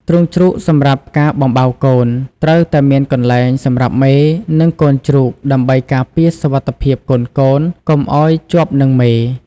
ទ្រុងជ្រូកសម្រាប់ការបំបៅកូន ត្រូវតែមានកន្លែងសម្រាប់មេ និងកូនជ្រូកដើម្បីការពារសុវត្ថិភាពកូនៗកុំឲ្យជាប់នឹងមេ។